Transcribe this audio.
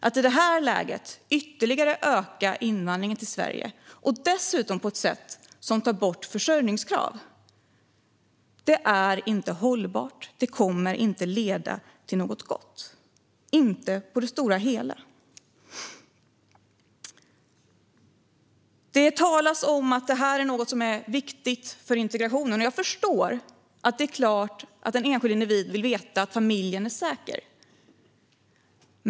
Att i detta läge ytterligare öka invandringen till Sverige och dessutom på ett sätt som tar bort försörjningskravet är inte hållbart. Det kommer inte att på det stora hela leda till något gott. Det sägs att detta är något som är viktigt för integrationen. Jag förstår att en enskild individ såklart vill veta att familjen är säker.